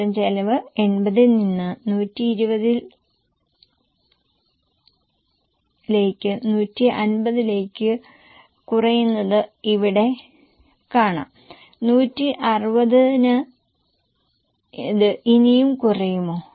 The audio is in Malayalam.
മൊത്തം ചെലവ് 80 ൽ നിന്ന് 120 ൽ നിന്ന് 150 ലേക്ക് കുറയുന്നത് ഇവിടെ കാണാം 160 ന് ഇത് ഇനിയും കുറയുമോ